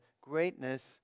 greatness